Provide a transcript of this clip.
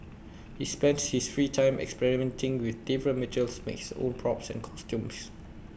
he spends his free time experimenting with different materials makes own props and costumes